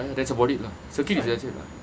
ya that's about it lah circuit is actually n~